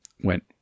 went